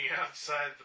outside